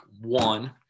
one